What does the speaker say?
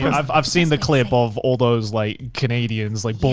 and i've i've seen the clip of all those like canadians, like blue